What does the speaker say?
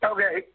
Okay